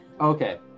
Okay